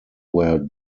where